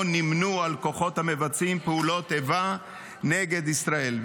או נמנו על כוחות המבצעים פעולות איבה נגד ישראל,